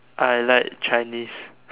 I like Chinese